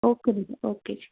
okay ji okay ਜੀ